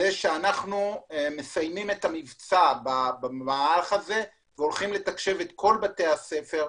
אנחנו מסיימים את המבצע במערך הזה והולכים לתקשב את כל בתי הספר,